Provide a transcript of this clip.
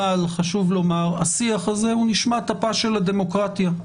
אבל חשוב לומר שהשיח הזה הוא נשמת אפה של הדמוקרטיה.